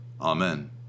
Amen